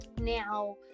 now